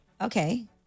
okay